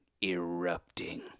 erupting